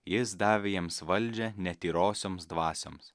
jis davė jiems valdžią netyrosioms dvasioms